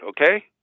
okay